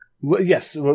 Yes